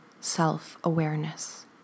self-awareness